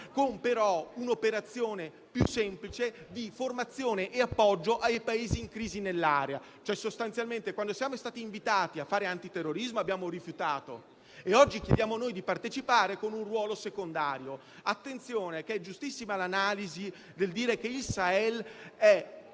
con un'operazione più semplice di formazione e appoggio ai Paesi in crisi nell'area: cioè, sostanzialmente, quando siamo stati invitati a fare antiterrorismo, abbiamo rifiutato e oggi chiediamo noi di partecipare con un ruolo secondario. Attenzione, è giustissima l'analisi nel dire che il Sahel è